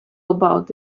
about